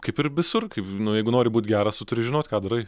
kaip ir visur kaip nu jeigu nori būt geras turi žinot ką darai